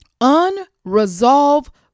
Unresolved